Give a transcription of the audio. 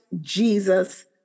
Jesus